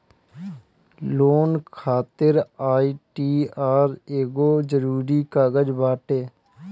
loan खातिर ITR एगो जरुरी कागज बाटे